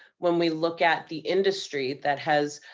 when we look at the industry that has,